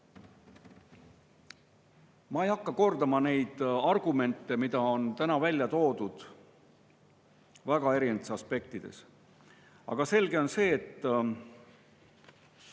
Ma ei hakka kordama neid argumente, mida on täna välja toodud väga erinevates aspektides. Aga selge on see, et